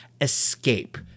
Escape